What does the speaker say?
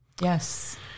yes